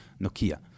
Nokia